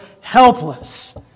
helpless